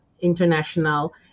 international